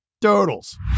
totals